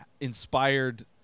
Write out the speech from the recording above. inspired